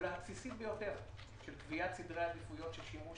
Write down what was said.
הפעולה הבסיסית ביותר בקביעת סדרי העדיפויות של שימוש